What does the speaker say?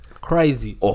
Crazy